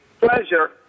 pleasure